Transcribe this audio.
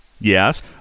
Yes